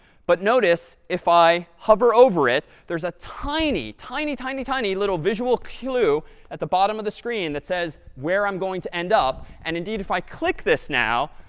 but notice, if i hover over it, there's a tiny, tiny, tiny, tiny little visual clue at the bottom of the screen that says where i'm going to end up. and indeed, if i click this now,